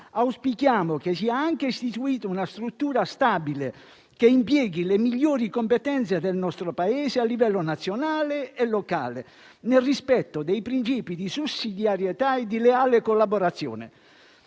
auspichiamo sia anche istituita una struttura stabile che impieghi le migliori competenze del nostro Paese a livello nazionale e locale, nel rispetto dei principi di sussidiarietà e di leale collaborazione.